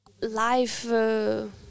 life